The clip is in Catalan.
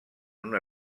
una